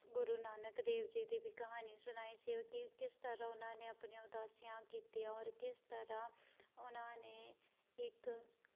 ਗੁਰੂ ਨਾਨਕ ਦੇਵ ਜੀ ਦੀ ਵੀ ਕਹਾਣੀ ਸੁਣਾਈ ਸੀ ਉਹ ਕਿ ਕਿਸ ਤਰ੍ਹਾਂ ਉਹਨਾਂ ਨੇ ਆਪਣੀਆਂ ਉਦਾਸੀਆਂ ਕੀਤੀਆਂ ਔਰ ਕਿਸ ਤਰ੍ਹਾਂ ਉਹਨਾਂ ਨੇ ਇੱਕ